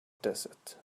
desert